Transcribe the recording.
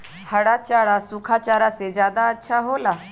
हरा चारा सूखा चारा से का ज्यादा अच्छा हो ला?